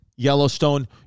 Yellowstone